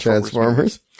Transformers